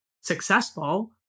successful